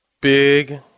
Big